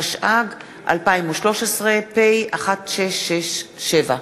התשע"ג 2013, פ/1667.